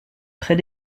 près